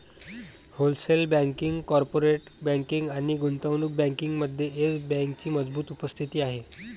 wholesale banking, corporate banking आणि गुंतवणूक बँकिंगमध्ये येस बँकेची मजबूत उपस्थिती आहे